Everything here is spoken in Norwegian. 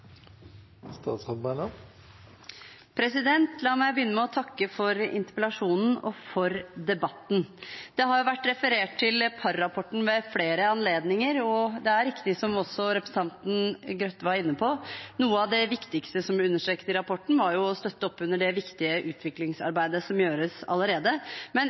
La meg begynne med å takke for interpellasjonen og debatten. Det har vært referert til Parr-rapporten ved flere anledninger, og det er riktig, som også representanten Grøthe var inne på, at noe av det viktigste som blir understreket i rapporten, er å støtte opp under det viktige utviklingsarbeidet som gjøres allerede. Men